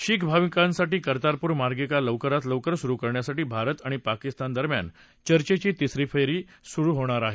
शीख भाविकांसाठी कर्तारपूर मार्गिका लवकरात लवकर सुरु करण्यासाठी भारत आणि पाकिस्तान दरम्यान चर्चेची तिसरी फेरी होणार आहे